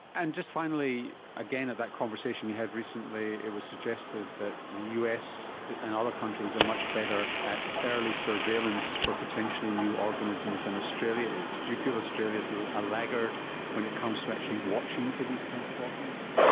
and just finally, again at that conversation we had recently it was suggested that the us and other countries are much better at early surveillance for potentially new organisms than australia is. do you feel australia is a laggard when it comes to actually watching for these kinds of organisms?